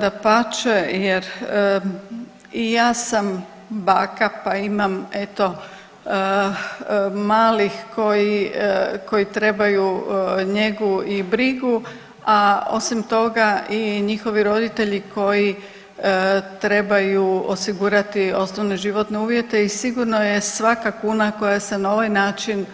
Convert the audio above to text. Dapače jer i ja sam baka pa imam eto malih koji trebaju njegu i brigu, a osim toga i njihovi roditelji koji trebaju osigurati osnovne životne uvjete i sigurno je svaka kuna koja se na ovaj način